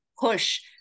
push